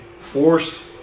forced